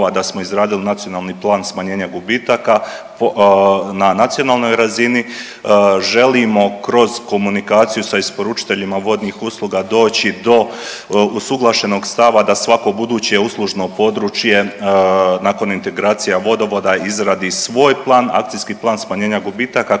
da smo izradili Nacionalni plan smanjenja gubitaka na nacionalnoj razini. Želimo kroz komunikaciju sa isporučiteljima vodnih usluga doći do usuglašenog stava da svako buduće uslužno područje nakon integracija vodovoda izradi svoj plan, akcijski plan smanjenja gubitaka